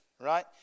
right